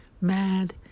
mad